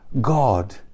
God